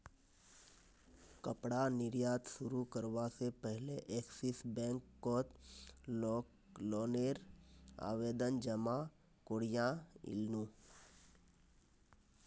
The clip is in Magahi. कपड़ा निर्यात शुरू करवा से पहले एक्सिस बैंक कोत लोन नेर आवेदन जमा कोरयांईल नू